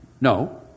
No